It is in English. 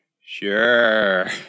Sure